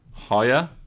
Higher